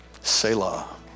Selah